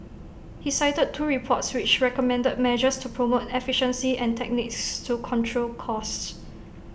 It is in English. he cited two reports which recommended measures to promote efficiency and techniques to control costs